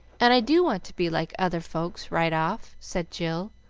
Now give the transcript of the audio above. and i do want to be like other folks right off, said jill,